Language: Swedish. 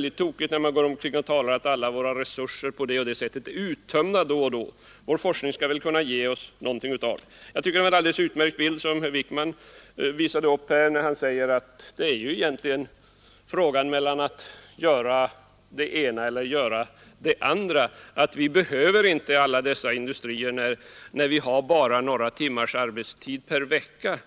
mycket tokigt när man går omkring och talar om att alla våra resurser är uttömda vid någon viss tidpunkt. Vår forskning skall väl kunna ge oss något. Jag tycker det var en utmärkt bild som herr Wijkman visade när han sade att det egentligen är fråga om att göra det ena eller det andra. Vi behöver inte alla dessa industrier när vi har bara några timmars arbetstid per vecka.